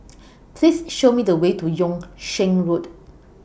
Please Show Me The Way to Yung Sheng Road